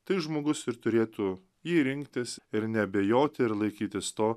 tai žmogus ir turėtų jį rinktis ir neabejoti ir laikytis to